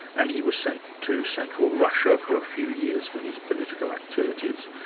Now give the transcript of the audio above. and he was sent to central russia for a few years for his political activities.